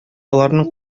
аларның